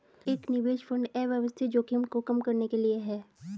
एक निवेश फंड अव्यवस्थित जोखिम को कम करने के लिए है